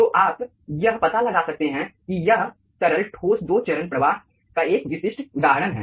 तो आप यह पता लगा सकते हैं कि यह तरल ठोस दो चरण प्रवाह का एक विशिष्ट उदाहरण है